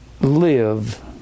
live